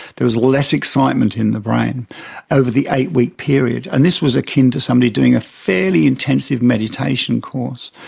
there was less excitement in the brain over the eight-week period, and this was akin to somebody doing a fairly intensive meditation course.